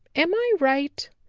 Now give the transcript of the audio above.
am i right?